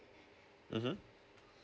mmhmm